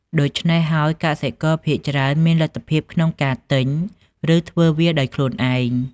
ដូច្នេះហើយ កសិករភាគច្រើនមានលទ្ធភាពក្នុងការទិញ ឬធ្វើវាដោយខ្លួនឯង។